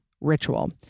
Ritual